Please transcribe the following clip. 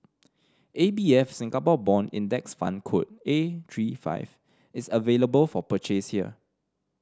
A B F Singapore Bond Index Fund code A three five is available for purchase here